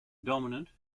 dominant